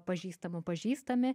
pažįstamų pažįstami